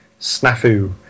snafu